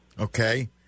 Okay